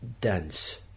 dance